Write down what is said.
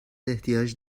احتیاج